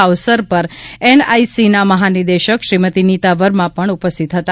આ અવસર પર એનઆઈસીના મહાનિદેશક શ્રીમતી નીતા વર્મા પણ ઉપસ્થિત હતા